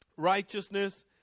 Righteousness